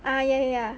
uh ya ya ya